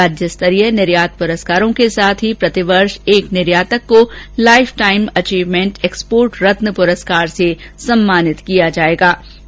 राज्यस्तरीय निर्यात पुरस्कारों के साथ ही प्रतिवर्ष एक निर्यातक को लाइफटाइम एचिवमेंट एक्सपोर्ट रत्न पुरस्कार से नवाजा जाएगा ै